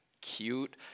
cute